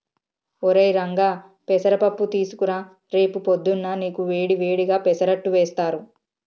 ఒరై రంగా పెసర పప్పు తీసుకురా రేపు పొద్దున్నా నీకు వేడి వేడిగా పెసరట్టు వేస్తారు